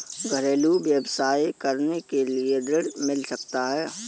घरेलू व्यवसाय करने के लिए ऋण मिल सकता है?